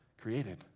created